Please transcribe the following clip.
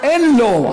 אין לא.